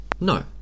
No